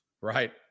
Right